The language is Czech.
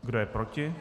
Kdo je proti?